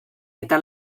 eta